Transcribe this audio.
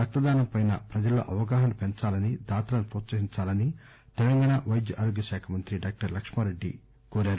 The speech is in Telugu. రక్తదానంపై ప్రజల్లో అవగాహన పెంచాలని దాతలను ప్రొత్పహించాలని తెలంగాణ వైద్య ఆరోగ్య శాఖ మంత్రి లక్ష్మా రెడ్డి అన్నారు